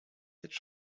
cette